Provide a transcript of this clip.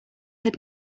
had